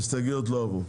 ההסתייגויות לא עברו.